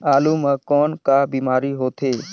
आलू म कौन का बीमारी होथे?